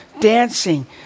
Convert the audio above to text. dancing